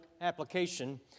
application